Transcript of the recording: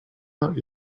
out